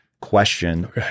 question